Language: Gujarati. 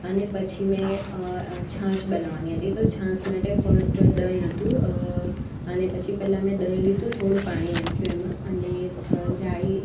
અને પછી મેં છાશ બનાવાની હતી તો છાશ માટે ફર્સ્ટ દઈ હતું અને પછી પેલા મેં દઈ લીધું થોડું પાણી નાખ્યું એમાં અને જાડી